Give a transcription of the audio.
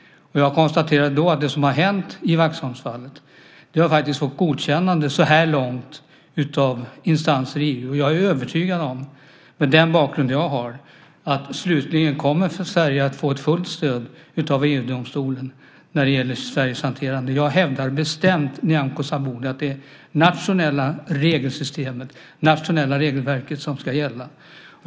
Jag konstaterade då att det som har hänt i Vaxholmsfallet så här långt faktiskt har fått godkännande av instanser i EU. Jag är med den bakgrund jag har övertygad om att Sverige slutligen kommer att få fullt stöd av EU-domstolen när det gäller hanteringen av detta. Jag hävdar bestämt, Nyamko Sabuni, att det är det nationella regelverket som ska gälla.